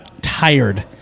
tired